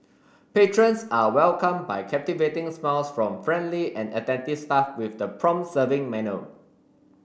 patrons are welcomed by captivating smiles from friendly and attentive staff with the prompt serving manner